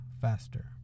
faster